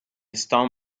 storm